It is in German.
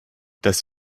das